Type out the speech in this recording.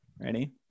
Ready